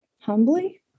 humbly